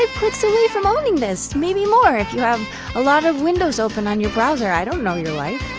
clicks away from owning this, maybe more if you have a lot of windows open on your browser, i don't know your life.